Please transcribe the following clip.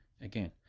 again